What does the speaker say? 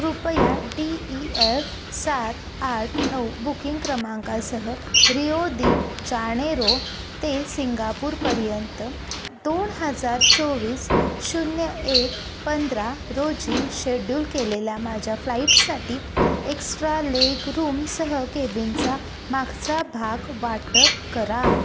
कृपया D E F सात आठ नऊ बुकिंग क्रमांकासह रियो दी जाणेरो ते सिंगापूरपर्यंत दोन हजार चोवीस शून्य एक पंधरा रोजी शेड्यूल केलेल्या माझ्या फ्लाईटसाठी एक्स्ट्रा लेग रूमसह केबिनचा मागचा भाग वाटप करा